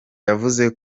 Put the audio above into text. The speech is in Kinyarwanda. yavuze